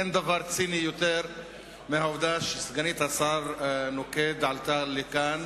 אין דבר ציני יותר מהעובדה שסגנית השר נוקד עלתה לכאן,